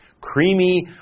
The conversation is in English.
creamy